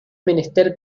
menester